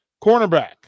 Cornerback